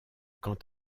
quant